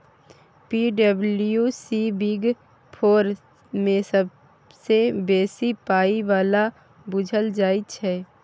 पी.डब्ल्यू.सी big four मे सबसँ बेसी पाइ बला बुझल जाइ छै